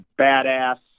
badass